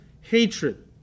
hatred